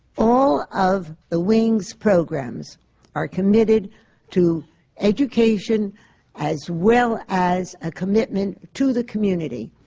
all of the wing's programs are committed to education as well as a commitment to the community.